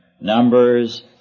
Numbers